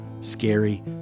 scary